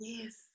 Yes